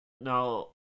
now